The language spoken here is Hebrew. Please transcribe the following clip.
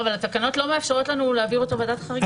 אבל התקנות לא מאפשרות לנו להעביר אותו ועדת חריגים.